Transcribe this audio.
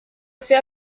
seva